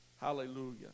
Hallelujah